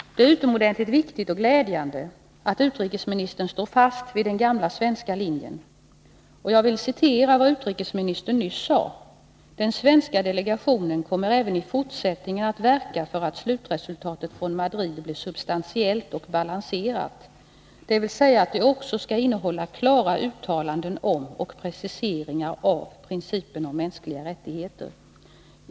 Det är utomordentligt viktigt och glädjande att utrikesministern står fast vid den gamla svenska linjen. Jag citerar vad utrikesministern nyss sade: ”Den svenska delegationen kommer även i fortsättningen att verka för att 76 slutresultatet från Madrid blir substantiellt och balanserat, dvs. att det också skall innehålla klara uttalanden om och preciseringar av principen om mänskliga rättigheter.